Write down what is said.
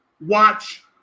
watch